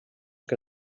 que